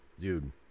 dude